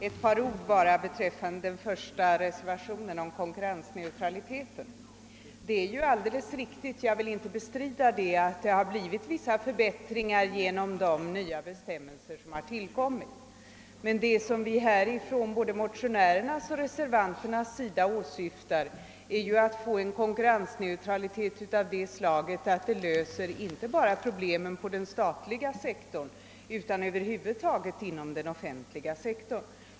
Herr talman! Ett par ord bara om reservationen 1, som gäller konkurrensneutraliteten. Det är alldeles riktigt — jag vill inte bestrida det — att det blivit vissa förbättringar genom de nya bestämmelser som införts. Men vad motionärerna och vi reservanter åsyftar är att få till stånd en konkurrensneutralitet av sådan art, att problemen löses inte bara inom den statliga sektorn utan över huvud taget inom den offentliga sektorn.